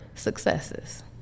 successes